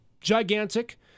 gigantic